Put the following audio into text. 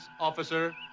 officer